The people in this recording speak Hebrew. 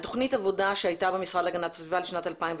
על תכנית עבודה שהייתה במשרד להגנת הסביבה בשנת 2019,